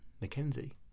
Mackenzie